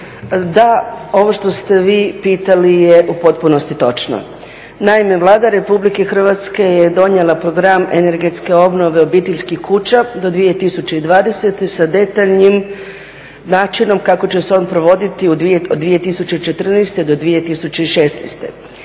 da, ovo što ste vi pitali je u potpunosti točno. Naime, Vlada RH je donijela program energetske obnove obiteljskih kuća do 2020. sa detaljnim načinom kako će se on provoditi od 2014. do 2016.